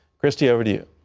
kristi, over to you.